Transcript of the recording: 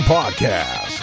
Podcast